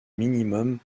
minimum